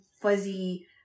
fuzzy